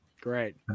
Great